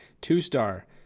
Two-star